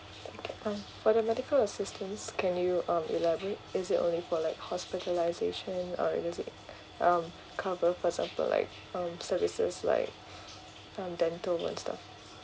okay um for the medical assistance can you um elaborate is it only for like hospitalisation or is it um cover for example like um services like um dental and stuff